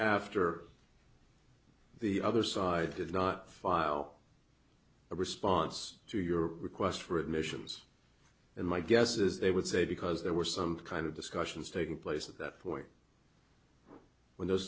after the other side did not file a response to your request for admissions and my guess is they would say because there were some kind of discussions taking place at that point w